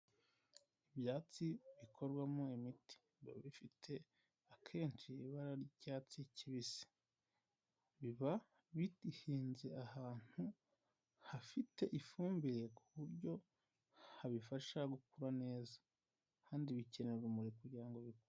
Ibyatsi bikorwamo imiti biba bifite akenshi ibara ry'icyatsi kibisi biba bihinze ahantu hafite ifumbire ku buryo habifasha gukura neza kandi bikenera urumuri kugirango bikure.